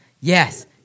Yes